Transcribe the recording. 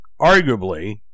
arguably